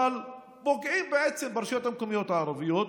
אבל פוגעים בעצם ברשויות המקומיות הערביות.